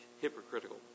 hypocritical